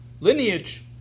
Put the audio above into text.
lineage